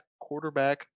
quarterback